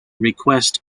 request